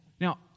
Now